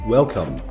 Welcome